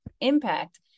impact